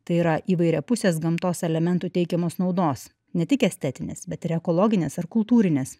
tai yra įvairiapusės gamtos elementų teikiamos naudos ne tik estetinės bet ir ekologinės ar kultūrinės